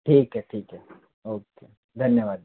ठीक है ठीक है ओके धन्यवाद